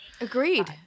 Agreed